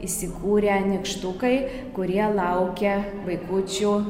įsikūrę nykštukai kurie laukia vaikučių